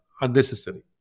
unnecessary